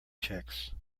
checks